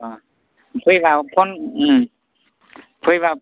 फैबा फन फैबा